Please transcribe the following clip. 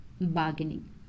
bargaining